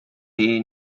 day